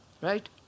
Right